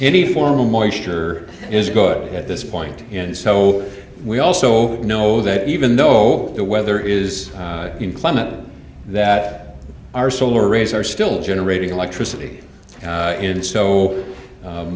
any formal moisture is good at this point and so we also know that even though the weather is inclement that our solar rays are still generating electricity and so